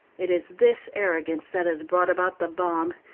it is this arrogance that has brought about the bomb,